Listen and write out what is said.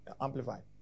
amplified